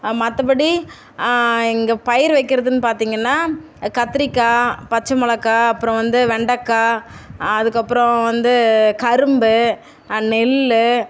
மற்றப்படி இங்கே பயிர் வைக்கிறதுன்னு பார்த்திங்கன்னா கத்திரிக்காய் பச்சை மிளகா அப்புறம் வந்து வெண்டக்காய் அதுக்கப்புறம் வந்து கரும்பு நெல்